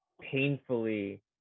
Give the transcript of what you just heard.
painfully